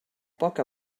poc